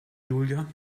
julia